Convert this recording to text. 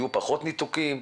יהיו פחות ניתוקים?